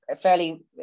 fairly